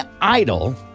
Idol